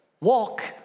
Walk